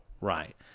Right